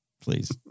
please